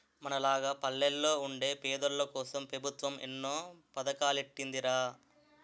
మనలాగ పల్లెల్లో వుండే పేదోల్లకోసం పెబుత్వం ఎన్నో పదకాలెట్టీందిరా